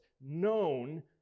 known